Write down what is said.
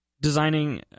designing